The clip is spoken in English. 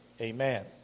amen